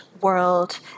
world